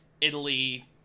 Italy